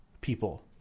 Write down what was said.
people